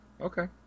Okay